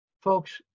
Folks